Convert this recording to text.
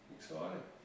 Exciting